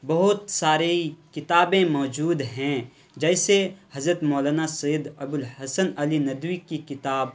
بہت ساری کتابیں موجود ہیں جیسے حضرت مولانا سید ابو الحسن علی ندوی کی کتاب